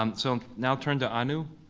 um so, now turn to anu.